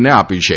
ને આપી છે